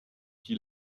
qui